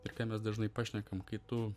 ir ką mes dažnai pašnekam kai tu